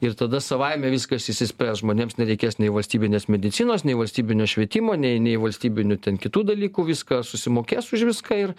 ir tada savaime viskas išsispręs žmonėms nereikės nei valstybinės medicinos nei valstybinio švietimo nei nei valstybinių ten kitų dalykų viską susimokės už viską ir